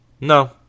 No